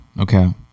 okay